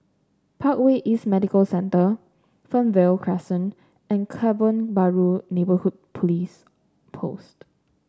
Parkway East Medical Centre Fernvale Crescent and Kebun Baru Neighbourhood Police Post